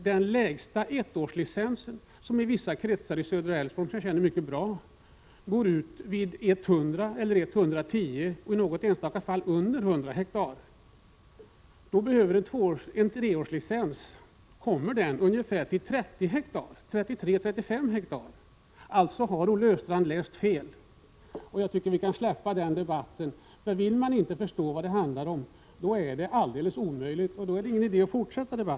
Det är så —t.ex. i vissa kretsar i södra Älvsborgs län, som jag känner mycket väl till — att den lägsta ettårslicensen går ut vid markområden på 100 eller 110 och i något enstaka fall vid områden under 100 hektar. Med en treårslicens blir det fråga om ungefär 30, eller 33-35, hektar. Alltså har Olle Östrand läst fel. Jag tycker att vi kan släppa den debatten. Vill man inte förstå vad det handlar om, då är det ingen idé att fortsätta den.